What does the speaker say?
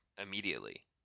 immediately